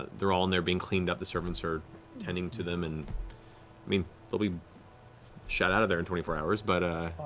they're all in there being cleaned up, the servants are tending to them, and i mean, they'll be shat out of there in twenty four hours, but ah